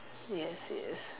yes yes